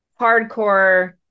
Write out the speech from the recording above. hardcore